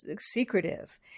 secretive